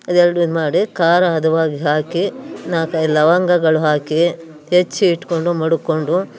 ಅದು ಎರಡು ಇದು ಮಾಡಿ ಖಾರ ಹದವಾಗಿ ಹಾಕಿ ನಾಲಕ್ಕೈದು ಲವಂಗಗಳು ಹಾಕಿ ಹೆಚ್ಚಿ ಇಟ್ಕೊಂಡು ಮಡುಕ್ಕೊಂಡು